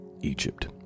Egypt